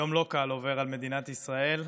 יום לא קל עובר על מדינת ישראל.